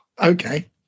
Okay